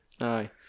Aye